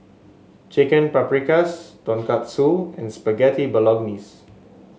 Chicken Paprikas Tonkatsu and Spaghetti Bolognese